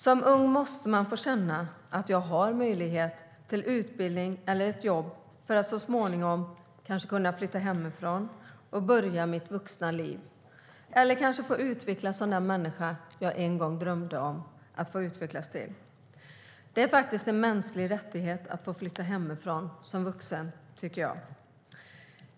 Som ung måste man få känna att man har möjlighet till utbildning eller ett jobb för att så småningom kanske kunna flytta hemifrån och börja sitt vuxna liv, eller kanske få utvecklas till den människa man en gång drömde om att utvecklas till. Det är faktiskt en mänsklig rättighet att få flytta hemifrån som vuxen, tycker jag.